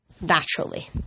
Naturally